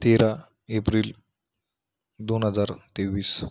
तेरा एप्रिल दोन हजार तेवीस